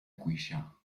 cuixà